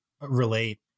relate